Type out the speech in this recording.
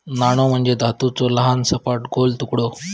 नाणो म्हणजे धातूचो लहान, सपाट, गोल तुकडो